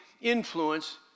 influence